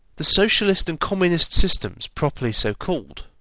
the socialist and communist systems properly so called,